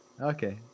Okay